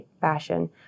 fashion